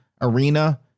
arena